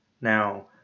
now